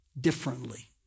differently